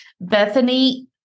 Bethany